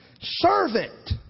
servant